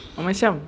apa macam